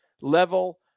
level